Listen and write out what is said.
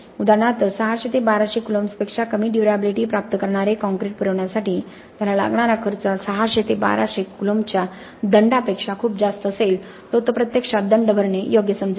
उदाहरणार्थ 600 ते 1200 कौलॉम्ब्स पेक्षा कमी ड्युर्याबिलिटी प्राप्त करणारे कॉंक्रिट पुरवण्यासाठी त्याला लागणारा खर्च हा 600 ते 1200 कौलॉम्ब्सच्या दंडापेक्षा खूप जास्त असेल तर तो प्रत्यक्षात दंड भरणे योग्य समजेल